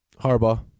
Harbaugh